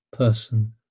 Person